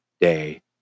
day